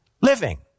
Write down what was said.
living